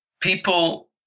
people